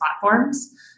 platforms